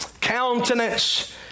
countenance